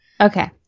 Okay